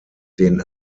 den